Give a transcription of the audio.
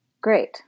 great